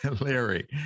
Larry